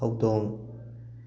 ꯍꯧꯗꯣꯡ